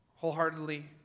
Wholeheartedly